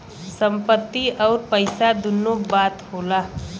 संपत्ति अउर पइसा दुन्नो बात होला